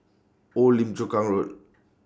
Old Lim Chu Kang Road